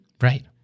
Right